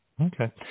Okay